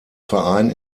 verein